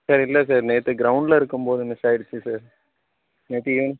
sir இல்லை sir நேற்று க்ரௌண்ட்டில் இருக்கும் போது மிஸ் ஆகிடுச்சு சார் நேற்று ஈவினிங்